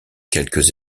quelques